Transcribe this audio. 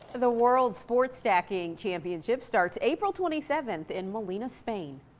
the the world sport stacking championships starts april twenty seventh in molina spain.